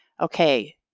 okay